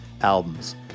albums